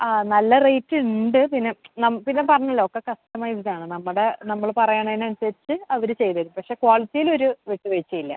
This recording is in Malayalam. ആ നല്ല റേറ്റുണ്ട് പിന്നെ പിന്നെ പറഞ്ഞല്ലോ ഒക്കെ കസ്റ്റമൈസ്ഡാണ് നമ്മുടെ നമ്മൾ പറയണതിനനുസരിച്ച് അവർ ചെയ്തുതരും പക്ഷേ ക്വാളിറ്റീലൊരു വിട്ടുവീഴ്ചയില്ല